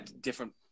different